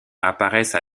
apparaissent